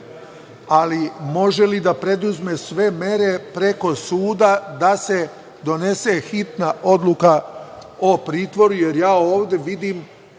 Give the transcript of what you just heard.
ali može li da preduzme sve mere preko suda da se donese hitna odluka o pritvoru? Jer, ja ovde vidim,